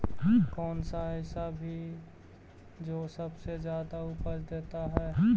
कौन सा ऐसा भी जो सबसे ज्यादा उपज देता है?